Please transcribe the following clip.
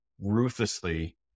ruthlessly